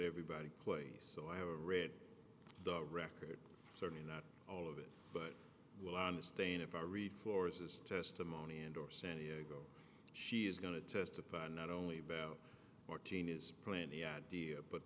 everybody plays so i have read the record certainly not all of it but what i understand if i read floors is testimony and or san diego she is going to testify not only bear fourteen is playing the idea but